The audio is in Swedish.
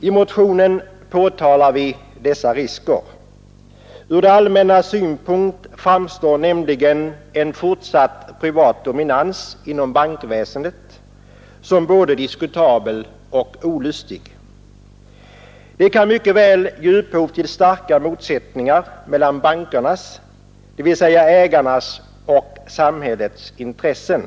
I motionen pekar vi på dessa risker. Ur det allmännas synpunkt framstår nämligen en fortsatt privat dominans inom bankväsendet som både diskutabel och olustig. Den kan mycket väl ge upphov till starka motsättningar mellan bankernas — dvs. ägarnas — och samhällets intressen.